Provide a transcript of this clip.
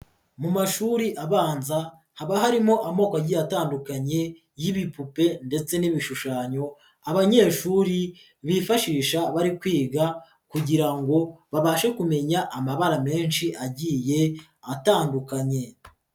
Mu mashuri abanza haba harimo amoko agiye atandukanye y'ibipupe ndetse n'ibishushanyo, abanyeshuri bifashisha bari kwiga kugira ngo babashe kumenya amabara menshi agiye atandukanye.